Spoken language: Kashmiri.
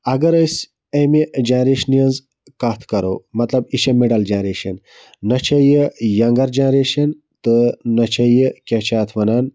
اگر أسۍ امہِ جَنریشنہِ ہٕنٛز کتھ کَرو مَطلَب یہِ چھِ مِڈل جَنریشَن نہَ چھِ یہِ یَنٛگَر جَنریشَن تہٕ نہَ چھ یہِ کیاہ چھِ یتھ وَنان